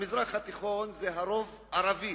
המזרח התיכון, הרוב ערבי.